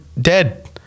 dead